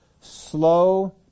Slow